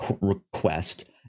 request